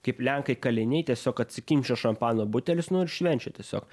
kaip lenkai kaliniai tiesiog atsikimšę šampano butelius nu ir švenčia tiesiog